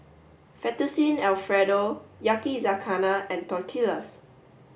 Fettuccine Alfredo Yakizakana and Tortillas